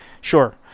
sure